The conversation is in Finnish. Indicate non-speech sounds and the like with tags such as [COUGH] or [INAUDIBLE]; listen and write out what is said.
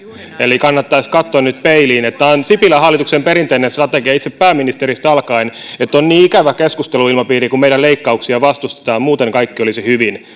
kannattaisi katsoa nyt peiliin tämä on sipilän hallituksen perinteinen strategia itse pääministeristä alkaen että on niin ikävä keskusteluilmapiiri kun meidän leikkauksiamme vastustetaan muuten kaikki olisi hyvin [UNINTELLIGIBLE]